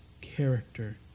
character